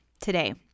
today